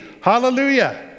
Hallelujah